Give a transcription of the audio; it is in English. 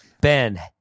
Ben